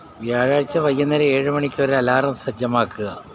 വ്യാഴാഴ്ച വൈകുന്നേരം ഏഴ് മണിക്കൊരു അലാറം സജ്ജമാക്കുക